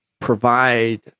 provide